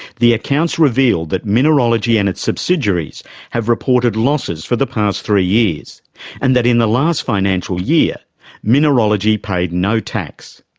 the accounts revealed that mineralogy and its subsidiaries have reported losses for the last three years and that in the last financial year mineralogy paid no tax.